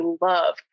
love